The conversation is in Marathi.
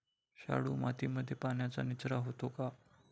शाडू मातीमध्ये पाण्याचा निचरा होतो का?